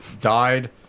died